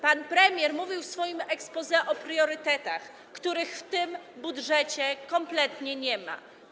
Pan premier mówił w swoim exposé o priorytetach, których w tym budżecie kompletnie nie ma.